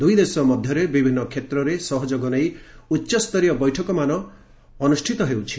ଦୁଇଦେଶ ମଧ୍ୟରେ ବିଭିନ୍ନ କ୍ଷେତ୍ରରେ ସହଯୋଗ ନେଇ ଉଚ୍ଚସ୍ତରୀୟ ବୈଠକମାନ ଅନୁଷ୍ଠିତ ହେଉଛି